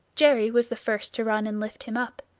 jerry was the first to run and lift him up.